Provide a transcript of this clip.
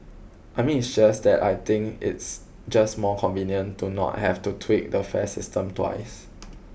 I mean it's just that I think it's just more convenient to not have to tweak the fare system twice